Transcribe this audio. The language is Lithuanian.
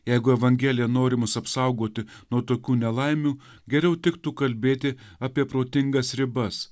jeigu evangelija nori mus apsaugoti nuo tokių nelaimių geriau tiktų kalbėti apie protingas ribas